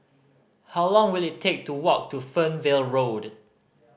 how long will it take to walk to Fernvale Road